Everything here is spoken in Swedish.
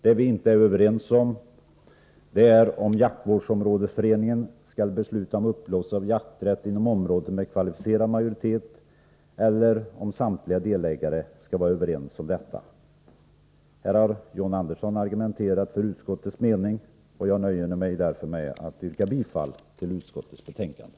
Det vi inte är överens om är om jaktvårdsområdesföreningen skall besluta om upplåtelse av jakträtt inom området med kvalificerad majoritet eller om samtliga delägare skall vara överens om detta. John Andersson har argumenterat för utskottets mening. Jag nöjer mig därför med att yrka bifall till utskottets hemställan.